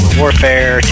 warfare